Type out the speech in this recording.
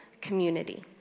community